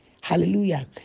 hallelujah